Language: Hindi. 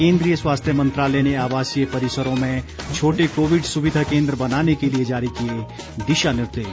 केन्द्रीय स्वास्थ्य मंत्रालय ने आवासीय परिसरों में छोटे कोविड सुविधा केन्द्र बनाने के लिए जारी किए दिशा निर्देश